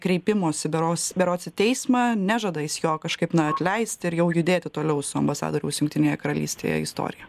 kreipimosi berods berods į teismą nežada jis jo kažkaip na atleisti ir jau judėti toliau su ambasadoriaus jungtinėje karalystėje istorija